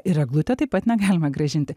ir eglutę taip pat net galima grąžinti